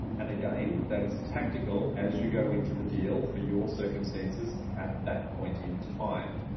and again, that is tactical as you go into the deal for your circumstances at that point in time.